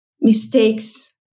mistakes